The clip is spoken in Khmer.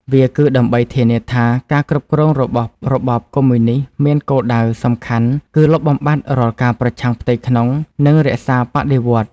វាគឺដើម្បីធានាថា ការគ្រប់គ្រងរបស់របបកុម្មុយនីស្តមានគោលដៅសំខាន់គឺលុបបំបាត់រាល់ការប្រឆាំងផ្ទៃក្នុង និងរក្សាបដិវត្តន៍។